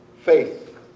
Faith